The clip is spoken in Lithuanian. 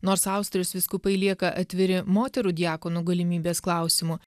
nors austrijos vyskupai lieka atviri moterų diakonų galimybės klausimu